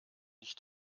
nicht